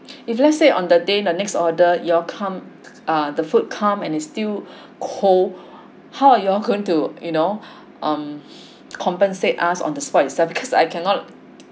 if let's say on the day the next order you all come ah the food come and it's still cold how you all going to you know um compensate us on the spot itself because I cannot